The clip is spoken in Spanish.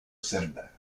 cerda